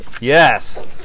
Yes